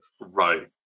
Right